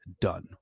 done